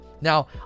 Now